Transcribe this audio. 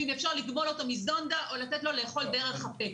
ואם אפשר לגמול אותו מזונדה או לתת לו לאכול דרך הפה.